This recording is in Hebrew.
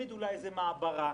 הצמידו לה איזו מעברה,